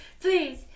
Please